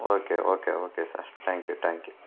okay okay okay sir thank you thank you